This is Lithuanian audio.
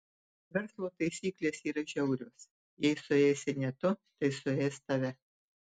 verslo taisyklės yra žiaurios jei suėsi ne tu tai suės tave